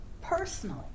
personally